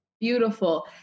beautiful